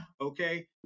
Okay